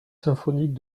symphoniques